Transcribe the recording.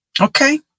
Okay